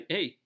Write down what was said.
Hey